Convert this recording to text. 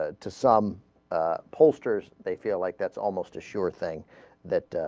ah to some ah. pollsters they feel like that's almost a sure thing that ah.